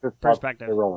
perspective